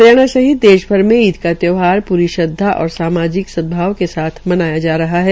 हरियाणा सहित देश भर में ईद का त्योहार पूरी श्रद्वा और सामाजिक सदभाव के साथ मनाया जा रहा है